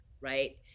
right